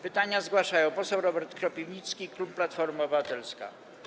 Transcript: Pytanie zgłasza poseł Robert Kropiwnicki, klub Platforma Obywatelska.